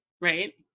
Right